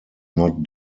not